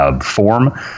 form